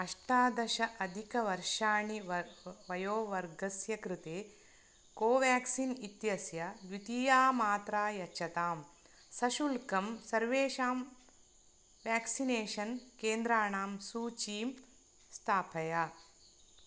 अष्टादश अधिक वर्षाणि वय् वयोवर्गस्य कृते कोवाक्सिन् इत्यस्य द्वितीया मात्रा यच्छतां सशुल्कं सर्वेषां वेक्सिनेशन् केन्द्राणां सूचीं स्थापय